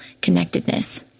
connectedness